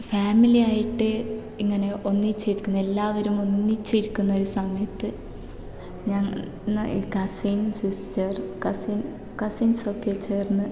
family ആയിട്ട് ഇങ്ങനെ ഒന്നിച്ചിരിക്കുന്നത് എല്ലാവരും ഒന്നിച്ച് ഇരിക്കുന്നൊരു സമയത്ത് ഞാൻ കസിൻ സിസ്റ്റർ കസിൻ കസിൻസ്സൊക്കെ ചേർന്ന്